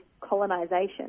colonisation